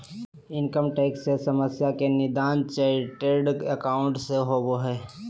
income tax से समस्या के निदान चार्टेड एकाउंट से होबो हइ